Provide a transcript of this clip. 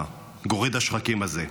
גורד השחקים הזה.